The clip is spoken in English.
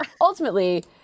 ultimately